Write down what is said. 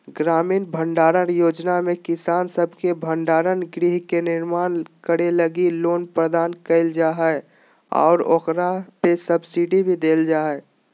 ग्रामीण भंडारण योजना में किसान सब के भंडार गृह के निर्माण करे लगी लोन प्रदान कईल जा हइ आऊ ओकरा पे सब्सिडी भी देवल जा हइ